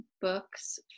books